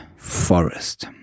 forest